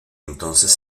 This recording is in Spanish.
entonces